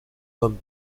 homme